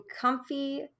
comfy